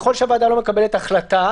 אם אתה שואל אותי מה יש בכנסת,